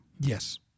Yes